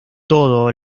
todo